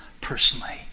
personally